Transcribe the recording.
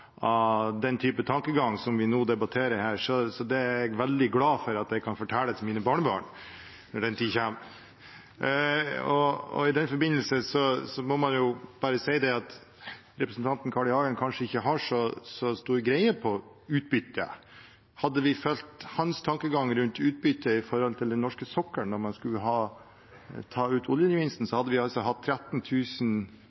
av den typen tankegang vi debatterer her. Så det er jeg veldig glad for at jeg kan fortelle til mine barnebarn når den tiden kommer. I den forbindelse må man bare si at representanten Carl I. Hagen kanskje ikke har så stor greie på utbytte. Hadde vi fulgt hans tankegang rundt utbytte i forbindelse med den norske sokkelen da man skulle ta ut oljegevinsten,